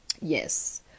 Yes